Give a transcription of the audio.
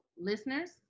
listeners